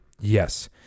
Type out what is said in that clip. Yes